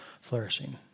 flourishing